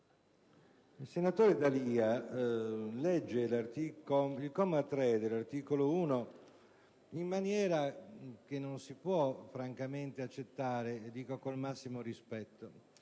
il senatore D'Alia legge il comma 3 dell'articolo 1 in maniera che non si può francamente accettare: lo dico col massimo rispetto.